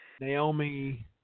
Naomi